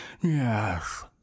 Yes